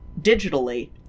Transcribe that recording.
digitally